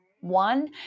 one